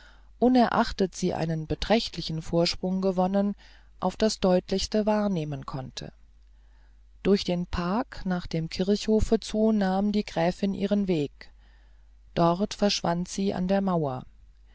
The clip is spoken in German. unerachtet sie einen beträchtlichen vorsprung gewonnen auf das deutlichste wahrnehmen konnte durch den park nach dem kirchhofe zu nahm die gräfin ihren weg dort verschwand sie an der mauer